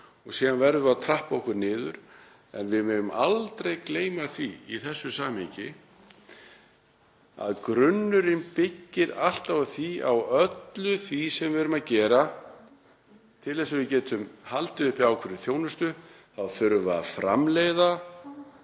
og síðan verðum við að trappa okkur niður. En við megum aldrei gleyma því í þessu samhengi að grunnurinn byggir alltaf á því, allt sem við erum að gera, að til þess að við getum haldið uppi ákveðinni þjónustu þá þurfum við að framleiða